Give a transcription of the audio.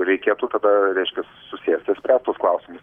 reikėtų tada reiškia susėst ir spręst tuos klausimus